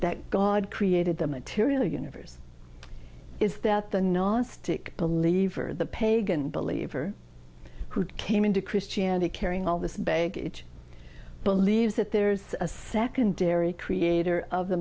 that god created the material universe is that the nonstick the lever the pagan believer who came into christianity carrying all this baggage believes that there's a secondary creator of the